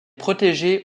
protégée